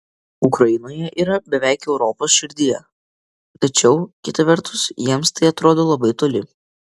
ukrainoje yra beveik europos širdyje tačiau kita vertus jiems tai atrodo labai toli